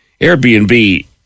Airbnb